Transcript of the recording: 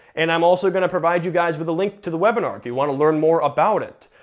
and i'm also gonna provide you guys with a link to the webinar, if you wanna learn more about it.